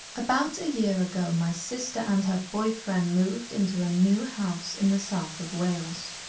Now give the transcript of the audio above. about a year ago, my sister and her boyfriend move into a new house in the south of wales.